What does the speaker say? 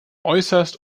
äußerst